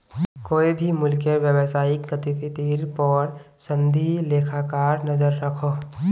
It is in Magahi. कोए भी मुल्केर व्यवसायिक गतिविधिर पोर संदी लेखाकार नज़र रखोह